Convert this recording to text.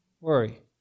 worry